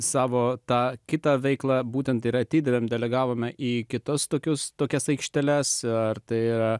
savo tą kitą veiklą būtent ir atidavėme delegavome į kitas tokius tokias aikšteles ar tai yra